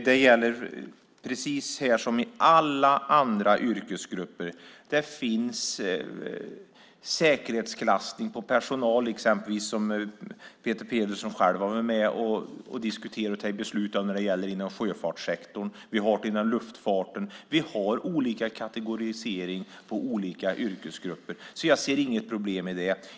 Fru talman! Här, precis som för alla andra yrkesgrupper, finns det säkerhetsklassning av personal. Peter Pedersen har själv varit med och diskuterat och fattat beslut när det gäller sjöfartsektorn. Det finns inom luftfarten också. Vi har kategorisering av olika yrkesgrupper. Jag ser inget problem i det.